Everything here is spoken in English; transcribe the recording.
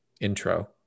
intro